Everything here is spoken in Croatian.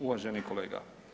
Uvaženi kolega.